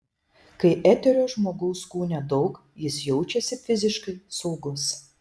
kai eterio žmogaus kūne daug jis jaučiasi fiziškai saugus